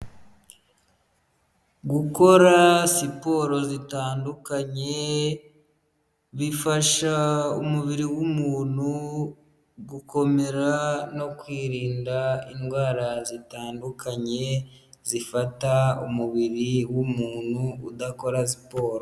Gukora siporo zitandukanye bifasha umubiri w'umuntu gukomera no kwirinda indwara zitandukanye zifata umubiri w'umuntu udakora siporo.